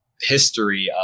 history